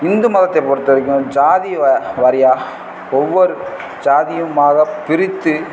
இந்து மதத்தைப் பொறுத்த வரைக்கும் ஜாதி வ வாரியாக ஒவ்வொரு ஜாதியும்மாகப் பிரித்து